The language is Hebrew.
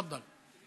תפדל.